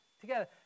Together